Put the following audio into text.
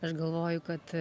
aš galvoju kad